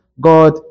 God